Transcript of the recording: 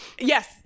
Yes